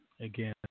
again